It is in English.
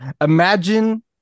imagine